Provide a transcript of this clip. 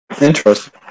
interesting